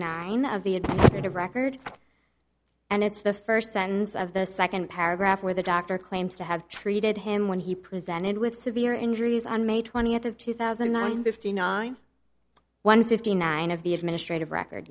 nine of the administrative record and it's the first sentence of the second paragraph where the doctor claims to have treated him when he presented with severe injuries on may twentieth of two thousand and nine fifty nine one fifty nine of the administrative record